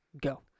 Go